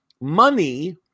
money